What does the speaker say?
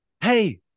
Hey